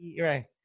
right